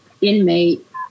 inmate